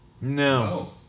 No